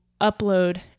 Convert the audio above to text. upload